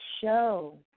show